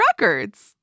records